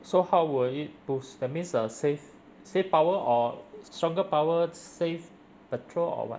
so how will it boost that means uh save save power or stronger power save petrol or what